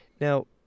Now